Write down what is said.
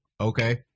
Okay